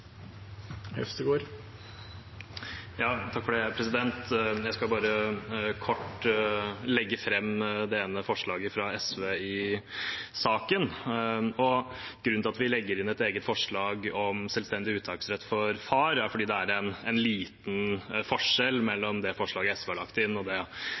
skal bare kort legge fram det ene forslaget fra SV i saken. Grunnen til at vi legger inn et eget forslag om selvstendig uttaksrett for far, er at det er en liten forskjell mellom det forslaget SV har lagt inn, og det